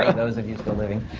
ah those of you still living